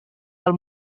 del